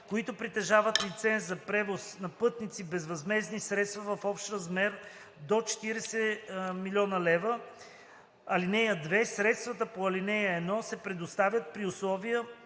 които притежават лиценз за превоз на пътници безвъзмездни средства в общ размер до 40 000,0 хил. лв. (2) Средствата по ал. 1 се предоставят при условия,